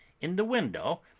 in the window,